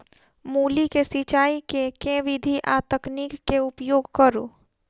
मूली केँ सिचाई केँ के विधि आ तकनीक केँ उपयोग करू?